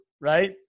right